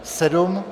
7.